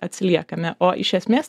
atsiliekame o iš esmės